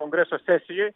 kongreso sesijoj